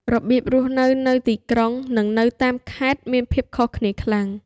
របៀបរស់នៅនៅទីក្រុង និងនៅតាមខេត្តមានភាពខុសគ្នាខ្លាំង។